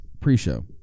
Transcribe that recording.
pre-show